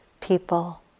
people